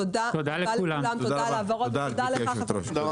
תודה על ההבהרות ותודה לך חבר הכנסת אוסאמה סעדי.